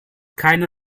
keine